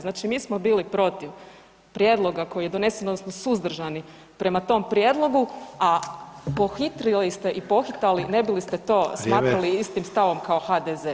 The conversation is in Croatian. Znači mi smo bili protiv prijedloga koji je donesen odnosno suzdržani prema tom prijedlogu, a pohitrili ste i pohitali ne biste li to smatrali [[Upadica: Vrijeme]] istim stavom kao HDZ.